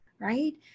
right